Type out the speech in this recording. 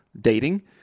dating